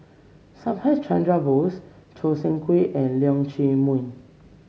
Subhas Chandra Bose Choo Seng Quee and Leong Chee Mun